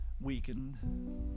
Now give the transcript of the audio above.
weakened